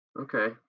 Okay